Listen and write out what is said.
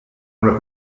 una